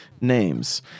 names